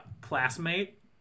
classmate